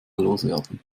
loswerden